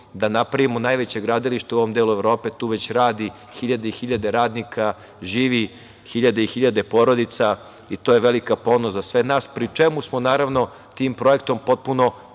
da napravimo najveće gradilište u ovom delu Evrope, tu već radi hiljade i hiljade radnika, živi hiljade i hiljade porodica i to je veliki ponos za sve nas, pri čemu smo naravno tim projektom potpuno